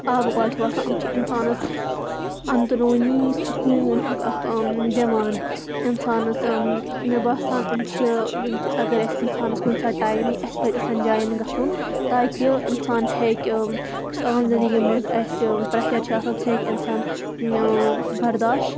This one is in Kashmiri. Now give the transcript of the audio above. آبہٕ کۄلہٕ چھِ وَسان یِم چھِ اِنسانَس اَندروٗنی سکوٗن ہیُتھ اکھ دِوان اِنسانَس مےٚ باسان یِم چھِ یِم اگر اَسہِ اِنسانَس کُنہِ ساتہٕ ٹایم یی اَسہِ پَزِ یِژھَن جایَن گَژھُن تاکہِ اِنسان ہیٚکہِ یُس عام زِندگی مَنٛز اَسہِ پریٚشَر چھُ آسان سُہ ہیٚکہِ اِنسان برداش